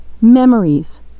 memories